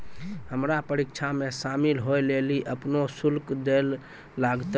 हमरा परीक्षा मे शामिल होय लेली अपनो शुल्क दैल लागतै